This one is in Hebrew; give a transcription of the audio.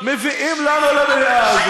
מביאים לנו למליאה הזו.